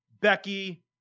Becky